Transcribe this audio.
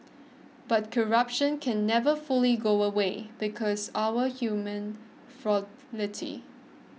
but corruption can never fully go away because our human